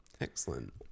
excellent